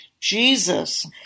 Jesus